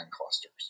clusters